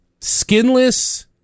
skinless